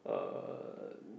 uh